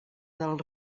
del